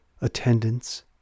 Attendance